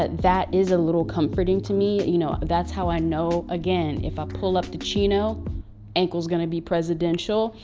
that that is a little comforting to me. you know that's how i know. again, if i pull up the chino ankles gonna be presidential.